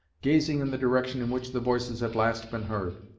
gazing in the direction in which the voices had last been heard,